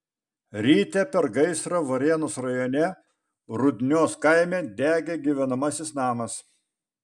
ryte per gaisrą varėnos rajone rudnios kaime degė gyvenamasis namas